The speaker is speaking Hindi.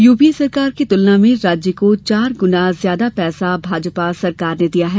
यूपीए सरकार की तुलना में राज्य को चार गुना ज्यादा पैसा भाजपा सरकार ने दिया है